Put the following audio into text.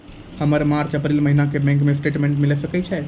हमर March April महीना के बैंक स्टेटमेंट मिले सकय छै?